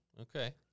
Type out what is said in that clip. Okay